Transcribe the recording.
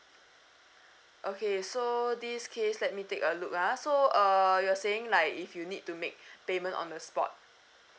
okay so this case let me take a look uh so err you're saying like if you need to make payment on the spot